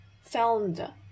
found